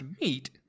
meet